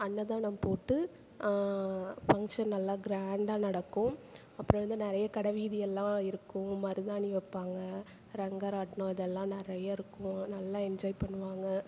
அன்னதானம் போட்டு ஃபங்க்ஷன் நல்லா கிராண்டாக நடக்கும் அப்புறம் வந்து நிறைய கடை வீதியெல்லாம் இருக்கும் மருதாணி வைப்பாங்க ரங்கராட்டினம் இதெல்லாம் நிறைய இருக்கும் நல்லா என்ஜாய் பண்ணுவாங்க